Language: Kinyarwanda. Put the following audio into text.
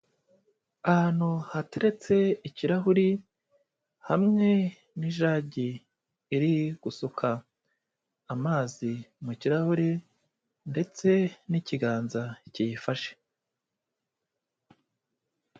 Ahantu hateretse ikirahuri hamwe n'ijagi iri gusuka amazi mu kirahure, ndetse n'ikiganza kiyifashe.